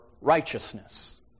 righteousness